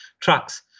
trucks